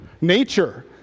nature